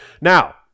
Now